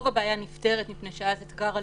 גם את העצירים